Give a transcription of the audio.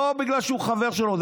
לא בגלל שהוא חבר שלו.